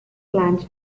plans